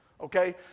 Okay